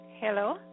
Hello